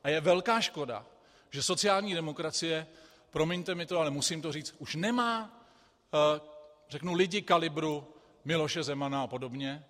A je velká škoda, že sociální demokracie promiňte mi to, ale musím to říci už nemá lidi kalibru Miloše Zemana a podobně.